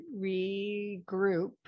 regroup